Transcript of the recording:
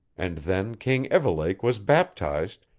and then king evelake was baptized,